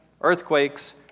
earthquakes